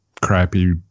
crappy